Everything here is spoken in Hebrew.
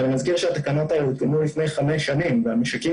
אני מזכיר שהתקנות האלה הותקנו לפני חמש שנים והמשקים